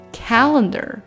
calendar